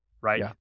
right